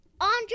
Andre